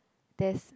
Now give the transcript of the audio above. there's